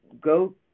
go